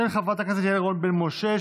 של חברת הכנסת יעל רון בן משה,